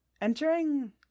entering